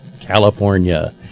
California